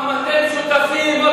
עוד הפעם אתם שותפים?